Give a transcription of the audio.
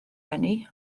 eni